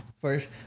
First